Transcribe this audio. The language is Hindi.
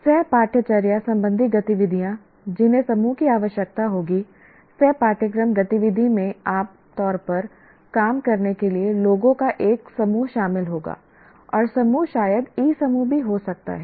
सह पाठ्यचर्या संबंधी गतिविधियाँ जिन्हें समूह की आवश्यकता होगी सह पाठयक्रम गतिविधि में आम तौर पर काम करने के लिए लोगों का एक समूह शामिल होगा और समूह शायद ई समूह भी हो सकता है